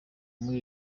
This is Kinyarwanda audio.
muri